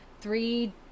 Three